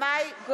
אנחנו